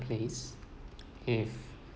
place if